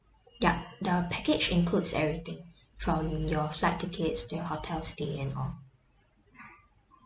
yup the package includes everything from your flight tickets to your hotel stay and all